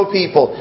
people